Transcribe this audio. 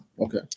okay